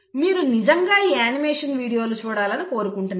మీరు నిజంగా ఈ యానిమేషన్ వీడియోలను చూడాలని కోరుకుంటున్నాను